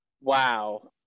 wow